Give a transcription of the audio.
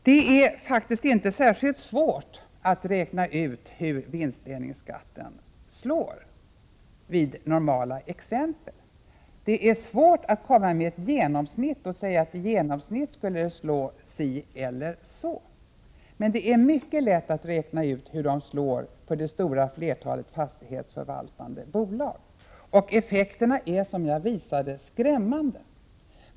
Det är faktiskt inte särskilt svårt att räkna ut hur vinstdelningsskatten slår vid normala exempel. Däremot är det svårt att komma med ett genomsnitt och säga att skatten i medeltal skulle slå si eller så. Men det är mycket enkelt att räkna ut hur den slår för det stora flertalet av de fastighetsförvaltande bolagen. Effekterna är som jag visade skrämmande.